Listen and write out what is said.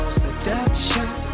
seduction